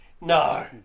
No